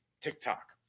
TikTok